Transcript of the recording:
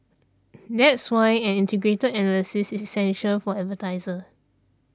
that's why an integrated analysis is essential for advertisers